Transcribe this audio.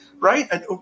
right